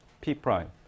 P-prime